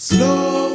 Slow